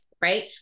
right